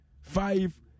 five